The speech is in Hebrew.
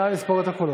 נא לספור את הקולות.